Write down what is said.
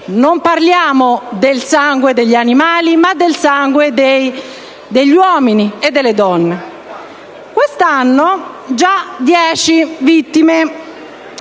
non parliamo del sangue degli animali, ma di quello degli uomini e delle donne. Quest'anno le vittime